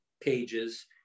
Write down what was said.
pages